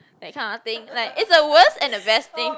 that kind of thing like it's the worst and the best thing